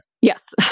Yes